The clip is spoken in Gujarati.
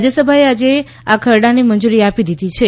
રાજ્યસભાએ આજે આ ખરડાને મંજૂરી આપી દીધી છે